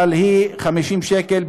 50 שקל,